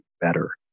better